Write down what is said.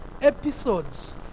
episodes